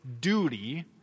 duty